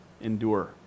Endure